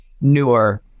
newer